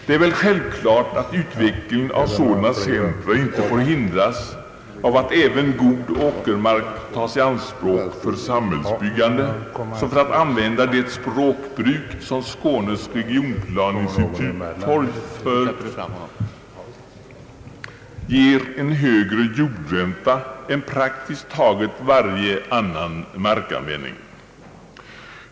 Det är väl självklart att utvecklingen av sådana centra inte får hindras av att även god åkermark tas i anspråk för samhällsbyggande, vilket för att använda det språkbruk Skånes regionplaneinstitut torgför ger en högre jordränta än praktiskt taget varje annan markanvändning.